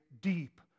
deep